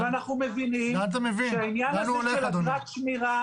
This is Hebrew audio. אנחנו מבינים --- לאן אתה מבין שזה הולך?